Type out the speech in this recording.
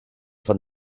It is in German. von